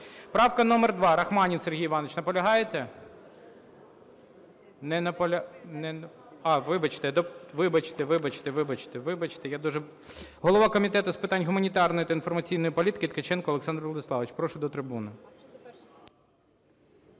Правка номер 2. Рахманін Сергій Іванович. Наполягаєте? Не наполягає. А, вибачте. Вибачте, вибачте, вибачте. Голова Комітету з питань гуманітарної та інформаційної політики Ткаченко Олександр Владиславович. Прошу до трибуни.